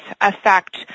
affect